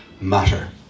matter